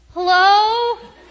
Hello